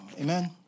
amen